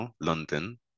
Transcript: London